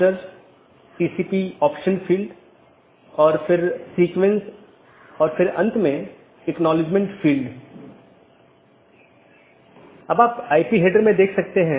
BGP पड़ोसी या BGP speaker की एक जोड़ी एक दूसरे से राउटिंग सूचना आदान प्रदान करते हैं